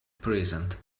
present